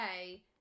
okay